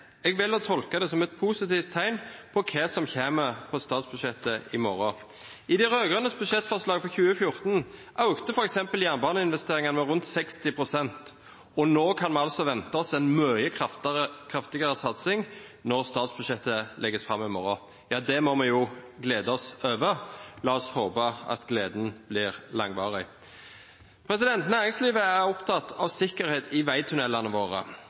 jeg vil også tolke det som et positivt tegn på hva som kommer på statsbudsjettet i morgen. I de rød-grønnes budsjettforslag for 2014 økte f.eks. jernbaneinvesteringene med rundt 60 pst. Og nå kan vi altså vente oss en mye kraftigere satsing når statsbudsjettet legges fram i morgen. Det må vi jo glede oss over. La oss håpe at gleden blir langvarig. Næringslivet er opptatt av sikkerhet i veitunnelene våre.